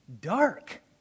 dark